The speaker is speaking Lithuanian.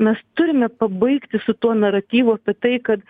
mes turime pabaigti su tuo naratyvu apie tai kad